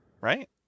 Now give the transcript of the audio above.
right